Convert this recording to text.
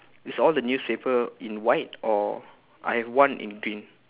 is all the newspaper in white or I have one in green